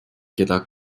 keda